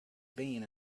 been